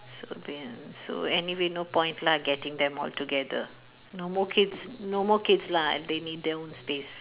so so anyway no point lah getting them all together no more kids no more kids lah they need their own space